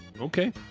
Okay